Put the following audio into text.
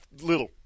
Little